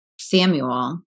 samuel